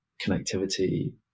connectivity